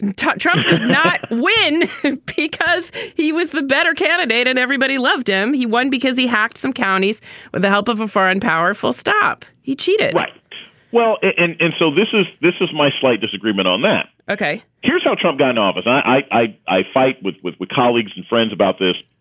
and trump trump did not win because he was the better candidate and everybody loved him. he won because he hacked some counties with the help of a foreign power. full stop. he cheated. right well, and so this is this is my slight disagreement on that. ok. here's how trump got off. ah but i i fight with with with colleagues and friends about this.